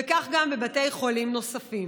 וכך גם בבתי חולים נוספים.